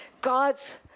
God's